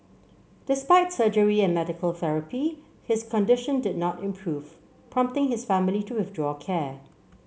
despite surgery and medical therapy his condition did not improve prompting his family to withdraw care